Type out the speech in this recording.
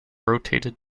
rotating